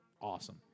Awesome